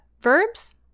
verbs